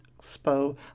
Expo